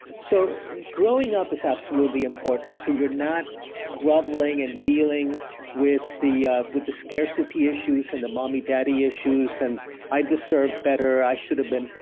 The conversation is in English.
so growing up is absolutely important, so you're not groveling and dealing with the ah with the scarcity issues and the mommy daddy issues and i deserve better. i should been.